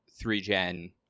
three-gen